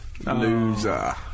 Loser